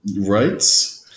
Right